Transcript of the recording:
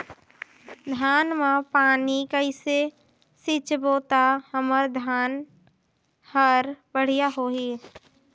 धान मा पानी कइसे सिंचबो ता हमर धन हर बढ़िया होही?